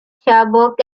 sherbrooke